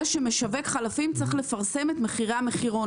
שמשווק חלפים צריך לפרסם את מחירי המחירון.